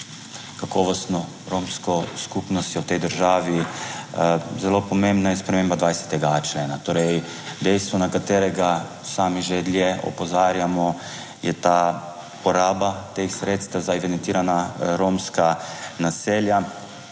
kakovostno romsko skupnostjo v tej državi, zelo pomembna je sprememba 20.a člena. Torej dejstvo na katerega sami že dlje opozarjamo je ta poraba teh sredstev za evidentirana romska naselja.